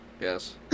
Yes